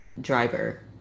driver